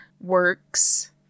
works